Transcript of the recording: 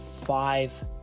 five